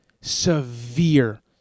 severe